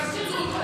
יש רק קיצוץ.